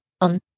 On